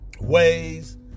ways